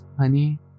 honey